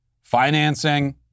Financing